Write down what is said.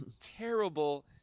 terrible